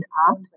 up